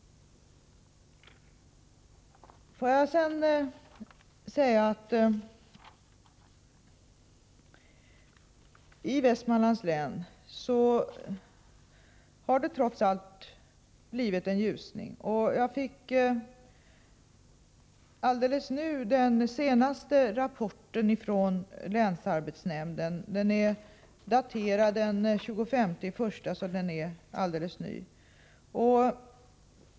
I Västmanlands län har det trots allt blivit en ljusning. Jag fick alldeles nu den senaste rapporten från länsarbetsnämnden. Den är daterad den 25 januari. Den är alltså alldeles ny.